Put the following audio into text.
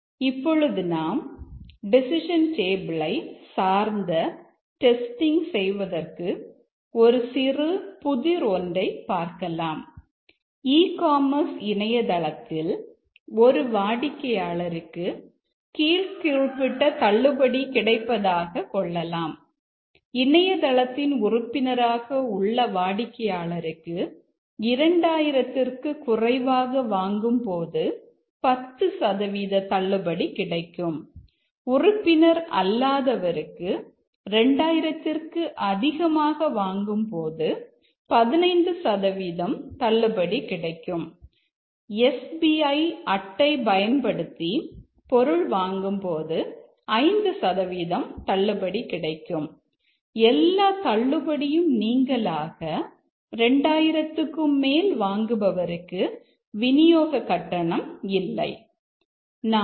இப்பொழுது நாம் டெசிஷன் டேபிளை உருவாக்கலாம்